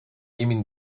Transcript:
emin